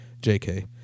JK